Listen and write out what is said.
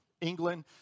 England